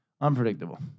unpredictable